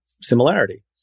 similarity